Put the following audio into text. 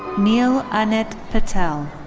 neil anit patel.